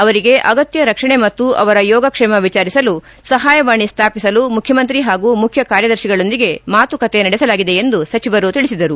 ಅವರಿಗೆ ಅಗತ್ಯ ರಕ್ಷಣೆ ಮತ್ತು ಅವರ ಯೋಗ ಕ್ಷೇಮ ವಿಚಾರಿಸಲು ಸಹಾಯವಾಣಿ ಸ್ಥಾಪಿಸಲು ಮುಖ್ಯಮಂತ್ರಿ ಹಾಗೂ ಮುಖ್ಯ ಕಾರ್ಯದರ್ಶಿಗಳೊಂದಿಗೆ ಮಾತುಕತೆ ನಡೆಸಲಾಗಿದೆ ಎಂದು ಸಚಿವರು ತಿಳಿಸಿದರು